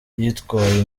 yitwaye